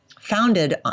founded